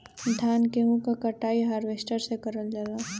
धान गेहूं क कटाई हारवेस्टर से करल जाला